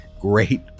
great